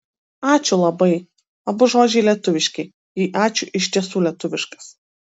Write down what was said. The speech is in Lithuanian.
ačiū labai abu žodžiai lietuviški jei ačiū iš tiesų lietuviškas